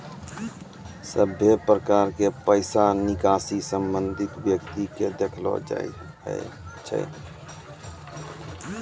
सभे प्रकार के पैसा निकासी संबंधित व्यक्ति के देखैलो जाय छै